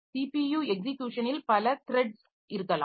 CPU எக்ஸிக்யூஷனில் பல threads இருக்கலாம்